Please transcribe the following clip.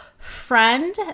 friend